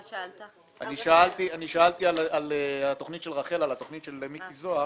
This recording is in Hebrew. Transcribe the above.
אני שאלתי על התוכנית של רח"ל, של מיקי זוהר,